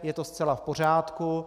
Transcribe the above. Je to zcela v pořádku.